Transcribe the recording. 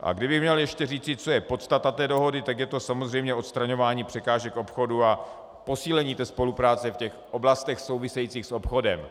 A kdybych měl ještě říci, co je podstata té dohody, tak je to samozřejmě odstraňování překážek obchodu a posílení spolupráce v oblastech souvisejících s obchodem.